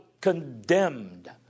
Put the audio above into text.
condemned